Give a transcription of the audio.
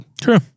True